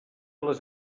les